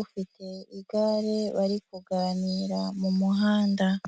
ufite igare bari kuganira mu muhanda.